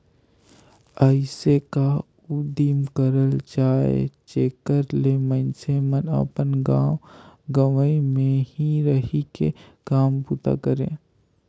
अइसे का उदिम करल जाए जेकर ले मइनसे मन अपन गाँव गंवई में ही रहि के काम बूता करें